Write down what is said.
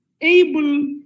able